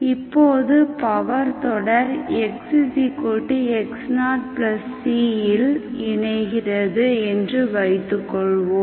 இப்போது பவர் தொடர் x x0c இல்இணைகிறது என்று வைத்துக்கொள்வோம்